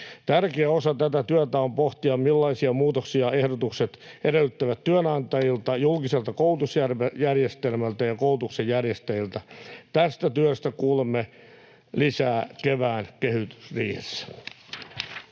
Tärkeä osa tätä työtä on pohtia, millaisia muutoksia ehdotukset edellyttävät työnantajilta, julkiselta koulutusjärjestelmältä ja koulutuksen järjestäjiltä. Tästä työstä kuulemme lisää kevään kehysriihessä.